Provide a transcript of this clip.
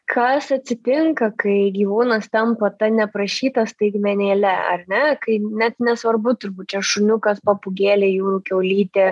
kas atsitinka kai gyvūnas tampa ta neprašyta staigmenėle ar ne kai net nesvarbu turbūt čia šuniukas papūgėlė jūrų kiaulytė